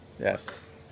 Yes